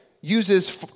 uses